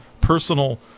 personal